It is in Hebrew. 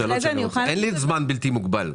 אין לנו זמן בלתי מוגבל.